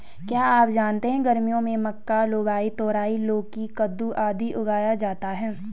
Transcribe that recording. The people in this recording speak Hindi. क्या आप जानते है गर्मियों में मक्का, लोबिया, तरोई, लौकी, कद्दू, आदि उगाया जाता है?